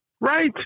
Right